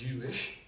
Jewish